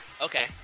Okay